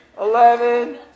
eleven